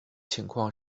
情况